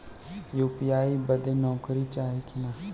UPI बदे नौकरी चाही की ना?